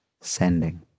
sending